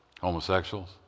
homosexuals